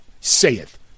saith